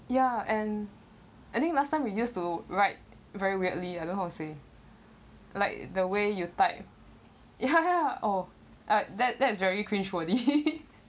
ya and I think last time we used to write very weirdly I don't how to say like the way you type ya ya oh uh that that is very cringe worthy